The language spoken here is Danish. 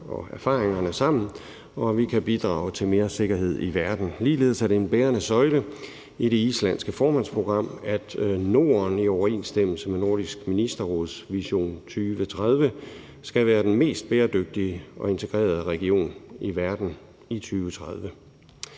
og erfaringerne sammen, og at vi kan bidrage til mere sikkerhed i verden. Ligeledes er det en bærende søjle i det islandske formandsprogram, at Norden i overensstemmelse med Nordisk Ministerråds vision for 2030 skal være den mest bæredygtige og integrerede region i verden i 2030.